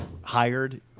hired